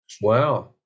Wow